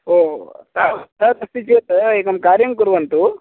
ओ ओ ता तदपि चेत् एकं कार्यं कुर्वन्तु